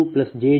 3 j0